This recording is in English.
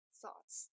thoughts